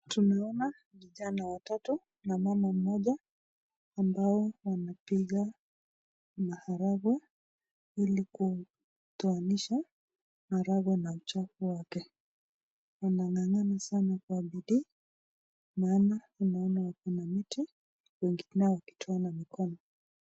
Tunaona vijana watatu na mama mmoja ambao wanapiga maharagwe ili kutoanisha maharagwe na uchafu wake. Wanangangana sana kwa bidii maana tunaona ako na mti wengine wakitoa kwa mikono.